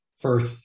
first